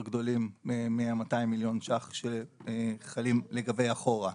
גדולים מה-200 מיליון שקלים שחלים לגבי אחורה.